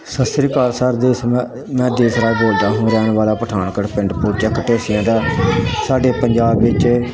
ਸਤਿ ਸ਼੍ਰੀ ਅਕਾਲ ਸਰ ਦੇਸ਼ ਮੈਂ ਮੈਂ ਦੇਸ਼ ਰਾਜ ਬੋਲਦਾ ਹਾਂ ਰਹਿਣ ਵਾਲਾ ਪਠਾਨਕੋਟ ਪਿੰਡ ਫੂਲ ਚੱਕ ਢੇਸੀਆਂ ਦਾ ਸਾਡੇ ਪੰਜਾਬ ਵਿੱਚ